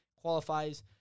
qualifies